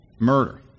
murder